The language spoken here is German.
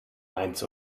mainz